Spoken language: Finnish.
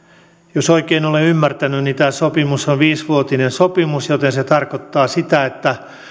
jos oikein olen ymmärtänyt tämä sopimus on viisivuotinen sopimus ja se tarkoittaa sitä että